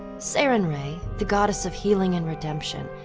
sarenrae, the goddess of healing and redemption,